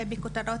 בכותרות,